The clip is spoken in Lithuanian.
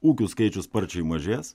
ūkių skaičius sparčiai mažės